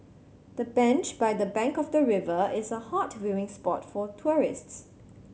the bench by the bank of the river is a hot viewing spot for tourists